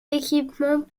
équipements